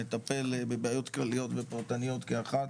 מטפל בבעיות כלליות ופרטניות כאחת,